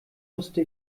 musste